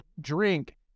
drink